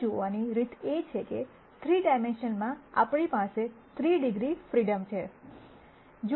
આ જોવાની રીત એ છે કે 3 ડાઈમેન્શનલમાં આપણી પાસે 3 ડિગ્રી ફ્રીડમ છે